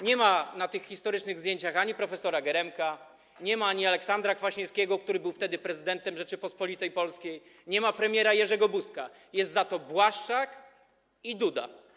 Nie ma na historycznych zdjęciach ani prof. Geremka, ani Aleksandra Kwaśniewskiego, który był wtedy prezydentem Rzeczypospolitej Polskiej, ani premiera Jerzego Buzka, są za to Błaszczak i Duda.